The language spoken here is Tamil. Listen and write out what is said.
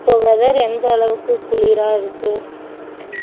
இப்போது வெதர் எந்த அளவுக்கு குளிராக இருக்குது